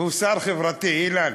הוא שר חברתי, אילן.